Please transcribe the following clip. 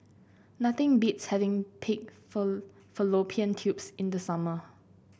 nothing beats having Pig Fallopian Tubes in the summer